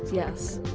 yes?